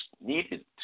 needed